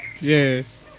Yes